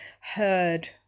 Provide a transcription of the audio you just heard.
heard